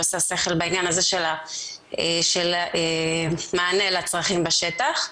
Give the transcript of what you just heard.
עושה שכל בעניין הזה של מענה לצרכים בשטח.